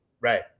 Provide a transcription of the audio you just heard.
right